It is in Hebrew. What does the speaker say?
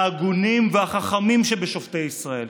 ההגונים והחכמים שבשופטי ישראל.